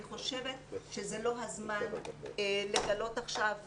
אני חושבת שזה לא הזמן לגלות עכשיו